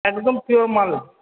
একদম পিওর মাল